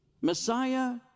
Messiah